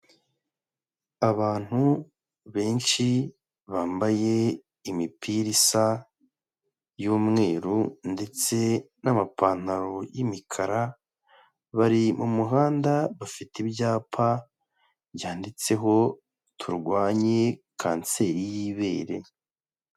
Abantu benshi bambaye imipira isa y'umweru ndetse n'amapantaro y'imikara, bari mu muhanda bafite ibyapa byanditseho turwanye kanseri y'ibere.